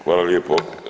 Hvala lijepo.